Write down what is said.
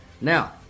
Now